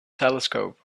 telescope